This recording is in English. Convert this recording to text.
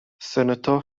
senator